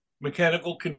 mechanical